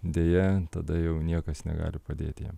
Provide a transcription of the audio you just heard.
deja tada jau niekas negali padėt jam